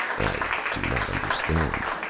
i do not understand,